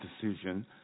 decision